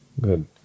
Good